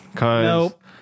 Nope